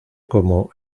como